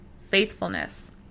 faithfulness